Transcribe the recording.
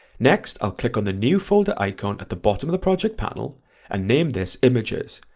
next i'll click on the new folder icon at the bottom of the project panel and name this images,